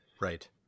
Right